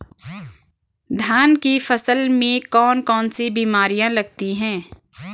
धान की फसल में कौन कौन सी बीमारियां लगती हैं?